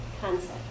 concept